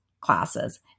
classes